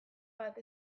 bat